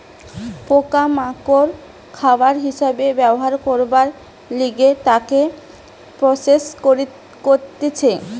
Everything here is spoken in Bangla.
পোকা মাকড় খাবার হিসাবে ব্যবহার করবার লিগে তাকে প্রসেস করতিছে